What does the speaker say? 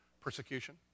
persecution